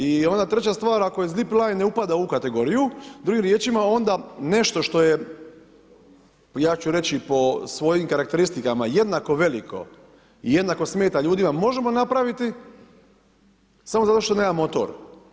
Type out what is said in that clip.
I ona treća stvar, ako iz dip line ne spada u ovu kategoriju, drugim riječima, onda nešto što je ja ću reći po svojim karakteristikama, jednako veliko i jednako smeta ljudima, možemo napraviti, samo zato što nema motor.